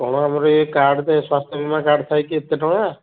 କ'ଣ ଆମର ଇଏ କାର୍ଡ୍ ତ ସ୍ୱାସ୍ଥ୍ୟବୀମା କାର୍ଡ୍ ଥାଇକି ଏତେ ଟଙ୍କା